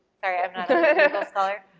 sorry, i'm not a legal scholar.